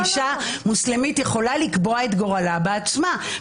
שאישה מוסלמית יכולה לקבוע את גורלה בעצמה --- לא.